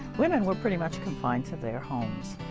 women were pretty much confined to their homes,